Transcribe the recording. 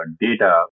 data